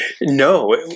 No